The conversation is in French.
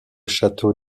château